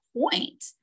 point